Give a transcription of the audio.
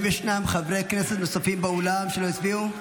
אינה נוכחת האם ישנם חברי כנסת נוספים באולם שלא הצביעו?